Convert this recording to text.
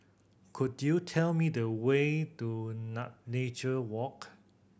could you tell me the way to Nature Walk